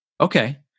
Okay